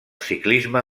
ciclisme